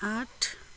आठ